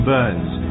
Burns